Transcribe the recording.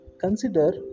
Consider